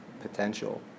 potential